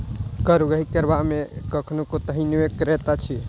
कर उगाही करबा मे कखनो कोताही नै करैत अछि